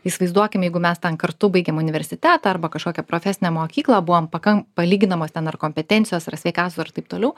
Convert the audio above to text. įsivaizduokim jeigu mes ten kartu baigėm universitetą arba kažkokią profesinę mokyklą buvom pakan palyginamos ten ar kompetencijos ar sveikatos ir taip toliau